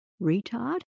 retard